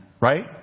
right